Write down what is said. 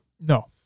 No